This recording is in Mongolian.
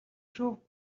шүү